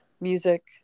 music